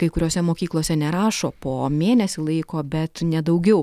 kai kuriose mokyklose nerašo po mėnesį laiko bet ne daugiau